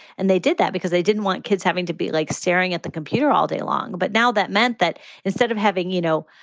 and they did that because they didn't want kids having to be like staring at the computer all day long. but now that meant that instead of having, you know,